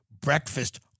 breakfast